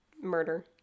murder